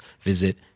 visit